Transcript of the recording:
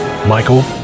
Michael